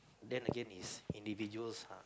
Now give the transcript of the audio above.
then again it's individuals lah